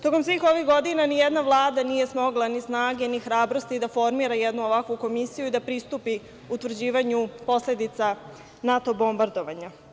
Tokom svih ovih godina nijedna Vlada nije smogla ni snage, ni hrabrosti da formira jednu ovakvu komisiju i da pristupi utvrđivanju posledica NATO bombardovanja.